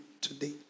today